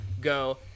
go